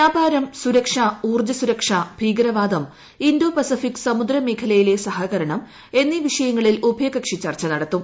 വ്യാപാരം സുരക്ഷ ഊർജ്ജസുരക്ഷ ഭീകരവാദം ഇന്തോ പസഫിക് സമുദ്രമേഖലയിലെ സഹകരണം എന്നീ വിഷയങ്ങളിൽ ഉഭയകക്ഷി ചർച്ച നടത്തും